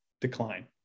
decline